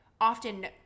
often